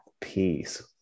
peace